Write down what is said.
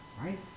Right